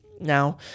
Now